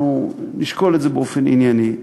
אנחנו נשקול את זה באופן ענייני.